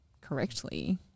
correctly